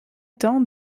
temps